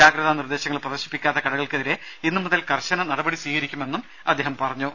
ജാഗ്രതാ നിർദേശങ്ങൾ പ്രദർശിപ്പിക്കാത്ത കടകൾക്കെതിരെ ഇന്ന് മുതൽ കർശന നടപടി സ്വീകരിക്കുമെന്നും അദ്ദേഹം പറഞ്ഞു